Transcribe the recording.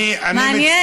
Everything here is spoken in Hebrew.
מעניין, מעניין.